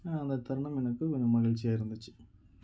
அந்த தருணம் எனக்கு கொஞ்சம் மகிழ்ச்சியாக இருந்துச்சு